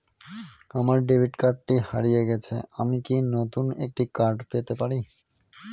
আমার ডেবিট কার্ডটি হারিয়ে গেছে আমি কি নতুন একটি কার্ড পেতে পারি?